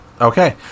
Okay